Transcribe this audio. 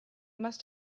must